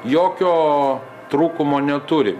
jokio trūkumo neturi